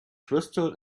crystal